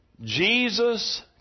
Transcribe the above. Jesus